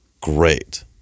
Great